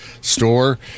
store